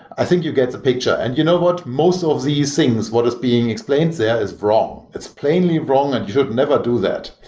i think you get the picture. and you know what? most of these things, what is being explained there, is wrong. it's plainly wrong and you should never do that.